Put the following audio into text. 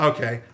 Okay